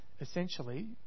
essentially